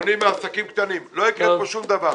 אדוני מהעסקים הקטנים, לא יקרה כאן שום דבר.